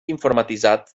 informatitzat